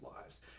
lives